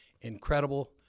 Incredible